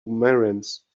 marines